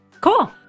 Cool